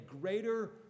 greater